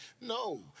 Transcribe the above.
No